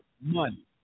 money